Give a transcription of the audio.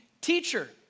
teacher